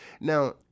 now